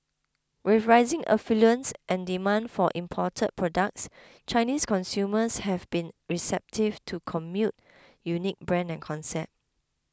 with rising affluence and demand for imported products Chinese consumers have been receptive to Commune's unique brand and concept